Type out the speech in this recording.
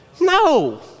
No